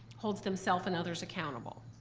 holds themselves and others accountable.